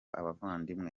abavandimwe